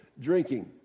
drinking